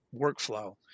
workflow